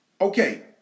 Okay